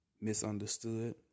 misunderstood